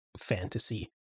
fantasy